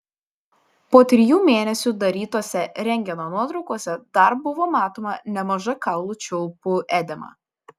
po trijų mėnesių darytose rentgeno nuotraukose dar buvo matoma nemaža kaulų čiulpų edema